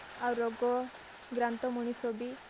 ଆଉ ରୋଗାକ୍ରାନ୍ତ ମଣିଷ ବି